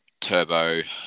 Turbo